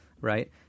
right